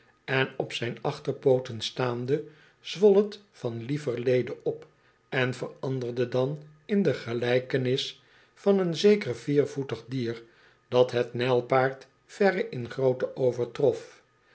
en op zijn achterpooten staande zwol het van lieverlede op en veranderde dan in de gelijkenis van een zeker viervoetig dier dat het nijlpaard verre in grootte overtrof